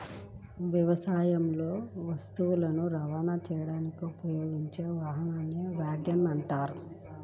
వ్యవసాయంలో వస్తువులను రవాణా చేయడానికి ఉపయోగించే వాహనాన్ని వ్యాగన్ అంటారు